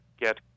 get